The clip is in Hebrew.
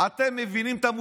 עכשיו בעצם עושה